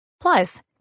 Plus